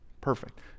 Perfect